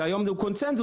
שהיום הוא קונצנזוס,